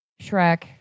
shrek